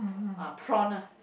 uh prawn ah